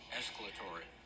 escalatory